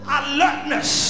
alertness